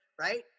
right